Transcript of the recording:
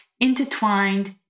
intertwined